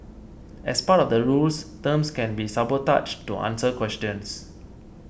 as part of the rules terms can be sabotaged to answer questions